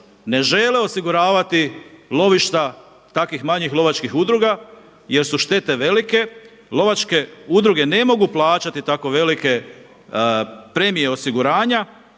ne žele osiguravati lovišta takvih manjih lovačkih udruga jer su štete velike, lovačke udruge ne mogu plaćati tako velike premije osiguranja